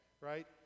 right